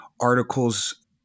articles